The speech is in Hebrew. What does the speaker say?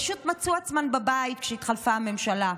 הן פשוט מצאו את עצמן בבית כשהתחלפה הממשלה.